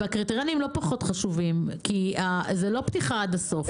והקריטריונים לא פחות חשובים כי זה לא פתיחה עד הסוף.